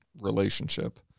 relationship